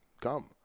come